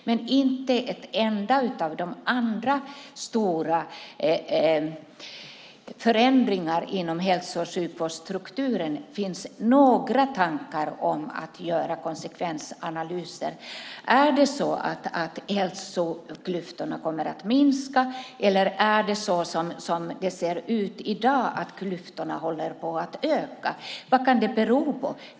Men inte för en enda av de andra stora förändringarna inom hälso och sjukvårdsstrukturen finns några tankar om att göra konsekvensanalyser. Kommer hälsoklyftorna att minska eller kommer klyftorna att öka, som det ser ut i dag? Vad kan det bero på?